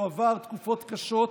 הוא עבר תקופות קשות.